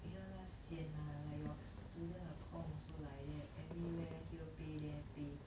which ya lah sian lah like your student accomm also like that everywhere here pay there pay